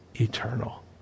eternal